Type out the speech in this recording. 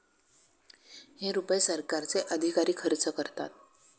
हे रुपये सरकारचे अधिकारी खर्च करतात